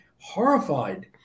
horrified